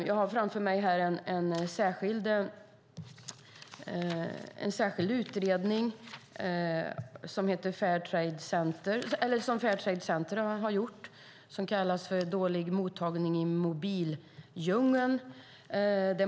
Jag har framför mig en särskild utredning som Fair Trade Center har gjort och som kallas Dålig mottagning i mobildjungeln .